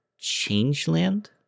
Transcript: Changeland